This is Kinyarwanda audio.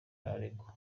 araregwa